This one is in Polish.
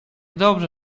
dobrze